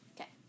Okay